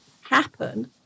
happen